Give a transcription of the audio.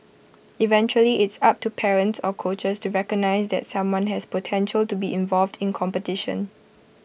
eventually it's up to parents or coaches to recognise that someone has potential to be involved in competition